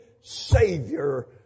savior